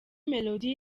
melody